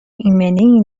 ایمنی